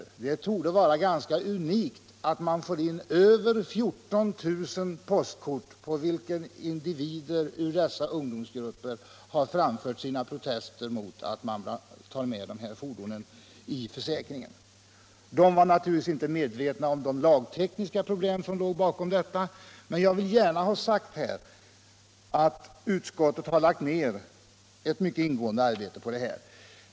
Till utskottet kom — vilket torde vara unikt — över 14 000 postkort på vilka personer ur berörda ungdomsgrupper framförde protester mot att dessa fordon skulle tas med i försäkringen. De var naturligtvis inte medvetna om de lagtekniska problem som låg bakom. Utskottet har lagt ned ett mycket ingående arbete på denna fråga.